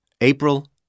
April